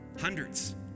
hundreds